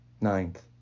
Ninth